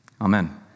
Amen